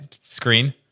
screen